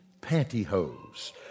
pantyhose